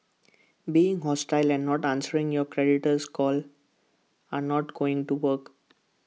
being hostile and not answering your creditor's call are not going to work